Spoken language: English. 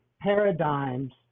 paradigms